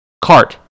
cart